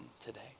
today